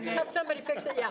somebody fix it, yeah.